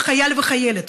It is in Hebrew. כל חייל וחיילת,